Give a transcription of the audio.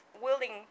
willing